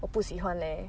我不喜欢 leh